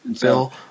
bill